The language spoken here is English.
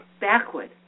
Backward